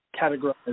categorized